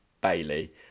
Bailey